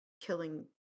killing